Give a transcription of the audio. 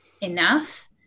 enough